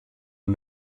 and